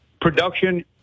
production